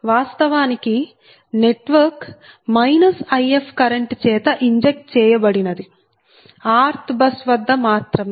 వాస్తవానికి network If current చేత inject చేయబడినది rth బస్ వద్ద మాత్రమే